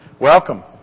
Welcome